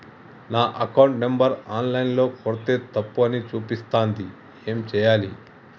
నా account number online ల కొడ్తే తప్పు అని చూపిస్తాంది ఏం చేయాలి?